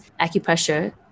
acupressure